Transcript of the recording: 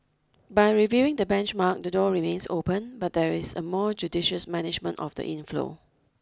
by reviewing the benchmark the door remains open but there is a more judicious management of the inflow